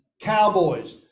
cowboys